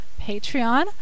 Patreon